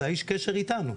זה איש הקשר איתנו.